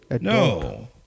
no